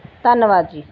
ਧੰਨਵਾਦ ਜੀ